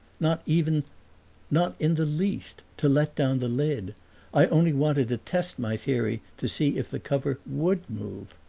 not even not in the least to let down the lid i only wanted to test my theory, to see if the cover would move.